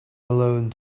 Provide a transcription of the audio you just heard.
alone